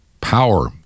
power